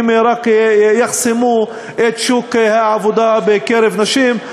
רק יחסמו את שוק העבודה בקרב נשים.